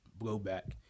blowback